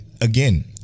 again